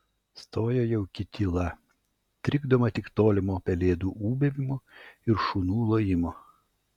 stoja jauki tyla trikdoma tik tolimo pelėdų ūbavimo ir šunų lojimo